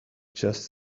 just